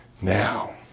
Now